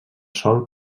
sol